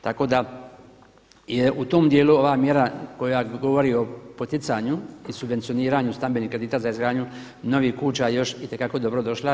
Tako da je u tom dijelu ova mjera koja govori o poticanju i subvencioniranju stambenih kredita za izgradnju novih kuća još itekako dobro došla.